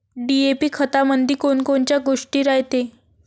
DAP खतामंदी कोनकोनच्या गोष्टी रायते?